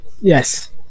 Yes